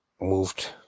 moved